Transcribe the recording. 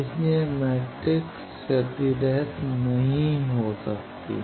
इसलिए यह मैट्रिक्स क्षतिरहित नहीं हो सकता है